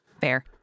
Fair